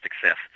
success